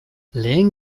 lehen